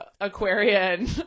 Aquarian